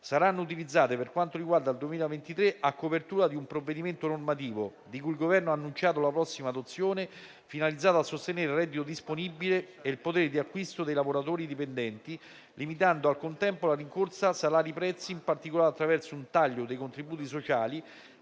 saranno utilizzate, per quanto riguarda il 2023, a copertura di un provvedimento normativo di cui il Governo ha annunciato la prossima adozione, finalizzata a sostenere il reddito disponibile e il potere d'acquisto dei lavoratori dipendenti, limitando al contempo la rincorsa salari-prezzi, in particolare attraverso un taglio dei contributi sociali